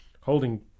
holding